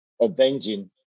avenging